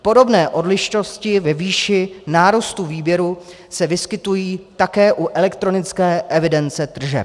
Podobné odlišnosti ve výši nárůstu výběru se vyskytují také u elektronické evidence tržeb.